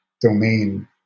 domain